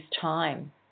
time